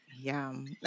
Yum